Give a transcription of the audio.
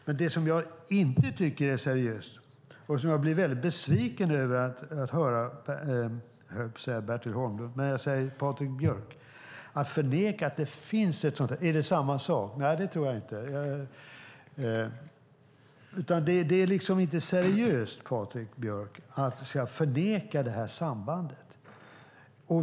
Men det som jag inte tycker är seriöst, och som jag blir mycket besviken över, är att höra Patrik Björck förneka att detta samband finns.